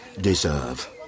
deserve